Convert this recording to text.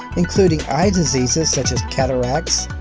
including eye diseases such as cataracts,